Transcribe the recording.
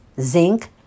zinc